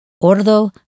Ordo